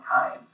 times